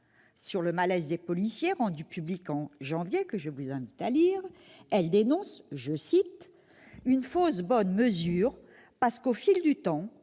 sur le malaise des policiers rendu public en janvier- je vous invite à le lire -, elle dénonce « une fausse bonne mesure parce qu'au fil du temps